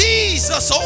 Jesus